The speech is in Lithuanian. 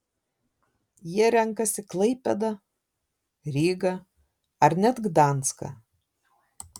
jie renkasi klaipėdą rygą ar net gdanską